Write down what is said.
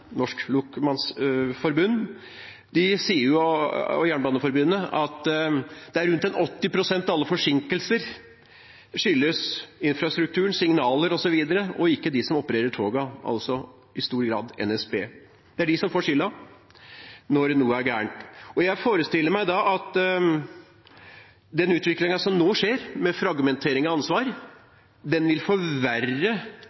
og Jernbaneforbundet sier at rundt 80 pst. av alle forsinkelser skyldes infrastrukturen, signaler osv., og ikke dem som opererer togene, altså i stor grad NSB. Det er de som får skylden når noe er galt. Jeg forestiller meg at den utviklingen som nå skjer, med fragmentering av